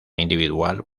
individual